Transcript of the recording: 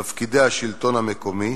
תפקידי השלטון המקומי,